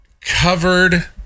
covered